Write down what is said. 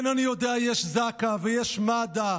כן, אני יודע, יש זק"א ויש מד"א,